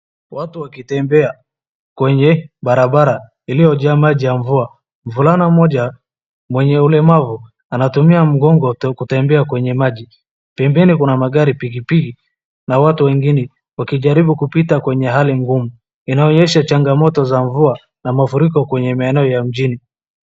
Watu wakitembea kwenye barabara iliyojaa maji ya mvua .Mvulana mmoja mwenye ulemavu anatumia mgongo kutembea kwenye maji. Pembeni kuna magari, pikipiki na watu wengine wakijaribu kupita kwenye hali ngumu inaonyesha changamato za mvua na mafuriko kwenye maeneo ya mjini.